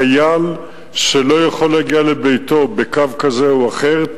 חייל שלא יכול להגיע לביתו בקו כזה או אחר,